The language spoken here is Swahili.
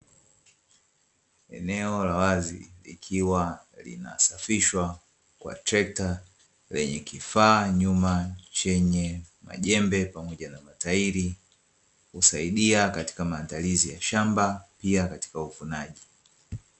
Eneo la wazi likiwa linasafishwa kwa trekta lenye kifaa nyuma chenye majembe, pamoja na matairi husaidia katika maandalizi ya shamba pia katika uvunaji.